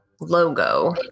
logo